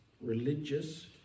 religious